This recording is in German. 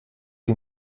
wie